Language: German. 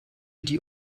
die